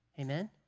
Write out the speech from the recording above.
Amen